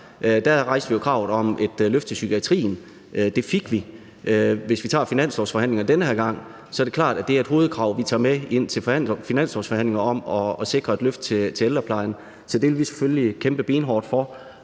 rejste vi jo kravet om et løft til psykiatrien, og det fik vi. Hvis vi tager finanslovsforhandlingerne den her gang, er det klart, at det er et hovedkrav, vi tager med ind til finanslovsforhandlingerne, at sikre et løft til ældreplejen. Så det vil vi selvfølgelig kæmpe benhårdt for.